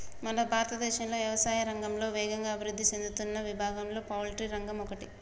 మన భారతదేశం యవసాయా రంగంలో వేగంగా అభివృద్ధి సేందుతున్న విభాగంలో పౌల్ట్రి రంగం ఒకటి